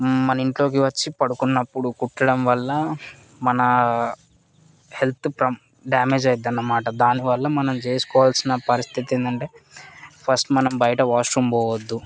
మన ఇంట్లోకి వచ్చి పడుకున్నపుడు కుట్టడం వల్ల మన హెల్త్ డ్యామేజ్ అయ్యిద్ది అనమాట దాన్నివల్ల మన చేసుకోవలసిన పరిస్థితి ఏందంటే ఫస్టు మనం బయట వాష్రూమ్ పోవద్దు